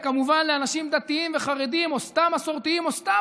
וכמובן לאנשים דתיים וחרדים או סתם מסורתיים או סתם